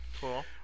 Cool